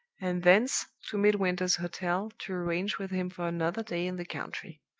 and thence to midwinter's hotel to arrange with him for another day in the country.